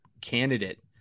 candidate